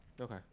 Okay